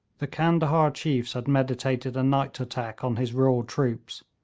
the candahar chiefs had meditated a night attack on his raw troops,